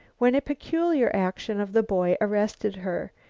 when a peculiar action of the boy arrested her.